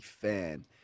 fan